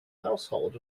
household